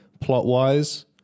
plot-wise